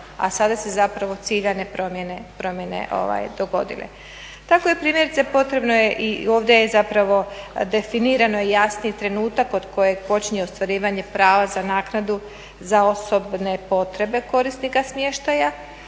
a sada se zapravo ciljane promjene dogodile. Tako je primjerice potrebno je i ovdje je zapravo definirano i jasniji trenutak od kojeg počinje ostvarivanje prava za naknadu za osobne potrebe korisnika smještaja,